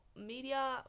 media